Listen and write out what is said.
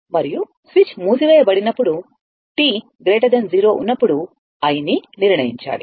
మరియు స్విచ్ మూసివేయబడినప్పుడు t0 ఉన్నప్పుడు i ని కనుగొనాలి